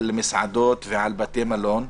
על מסעדות ועל בתי מלון.